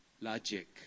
logic